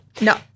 No